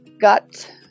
Got